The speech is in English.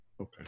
Okay